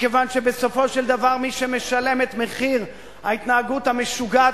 מכיוון שבסופו של דבר מי שמשלם את מחיר ההתנהגות המשוגעת